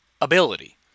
ability